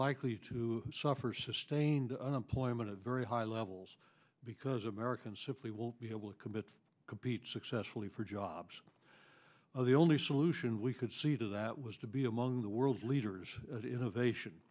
likely to suffer sustained unemployment at very high levels because americans simply will be able to commit compete successfully for jobs well the only solution we could see to that was to be among the world's leaders of innovation